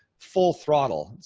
full throttle.